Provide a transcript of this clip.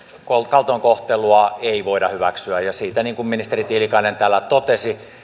kaltoinkohtelua ei voida hyväksyä ja siitä niin kuin ministeri tiilikainen täällä totesi